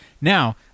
Now